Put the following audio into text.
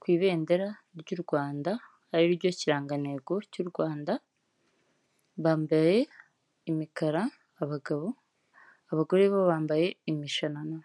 ku ibendera ry'u Rwanda ari ryo kirangantego cy'u Rwanda, bambaye imikara abagabo, abagore bo bambaye imishanana.